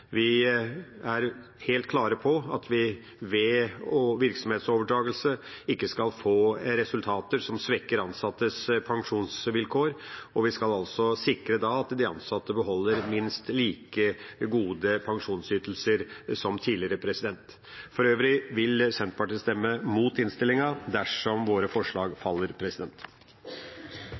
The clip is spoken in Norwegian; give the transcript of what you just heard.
Vi er helt klare på at vi ved virksomhetsoverdragelse ikke skal få resultater som svekker ansattes pensjonsvilkår, og vi skal sikre at de ansatte beholder minst like gode pensjonsytelser som tidligere. For øvrig vil Senterpartiet stemme mot innstillingen dersom våre forslag faller.